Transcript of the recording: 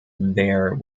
there